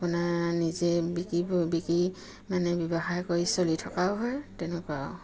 আপোনাৰ নিজে বিকিব বিকি মানে ব্যৱসায় কৰি চলি থকাও হয় তেনেকুৱা আৰু